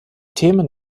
themen